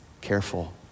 Careful